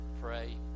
pray